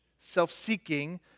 self-seeking